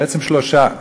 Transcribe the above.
בעצם שלושה סוגים.